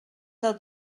del